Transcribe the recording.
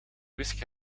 wiske